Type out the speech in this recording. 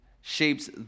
shapes